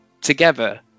together